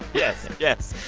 yes. yes.